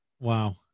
Wow